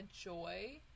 joy